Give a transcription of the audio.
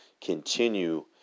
continue